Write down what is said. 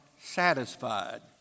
satisfied